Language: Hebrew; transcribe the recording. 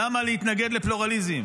למה להתנגד לפלורליזם?